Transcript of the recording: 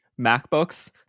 MacBooks